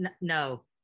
no